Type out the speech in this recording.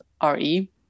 R-E